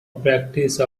practice